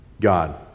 God